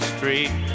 Street